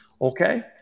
okay